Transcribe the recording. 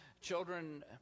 Children